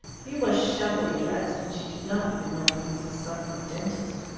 he was shabbily dressed, and she did not even know he was the son of a dentist.